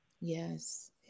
Yes